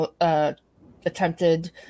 Attempted